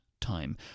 time